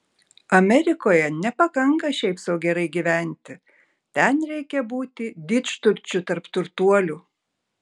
amerikoje nepakanka šiaip sau gerai gyventi ten reikia būti didžturčiu tarp turtuolių